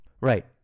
Right